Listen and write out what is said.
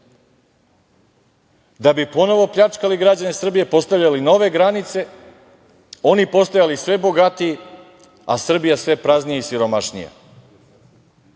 da bi ponovo pljačkali građane Srbije, postavljali nove granice, oni postajali sve bogatiji, a Srbija sve praznija i siromašnija. Čini